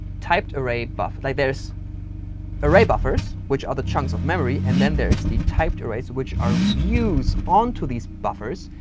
typed array buff like, there's array buffers, which are the chunks of memory. and then there's the typed arrays, which are views onto these buffers.